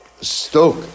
stoke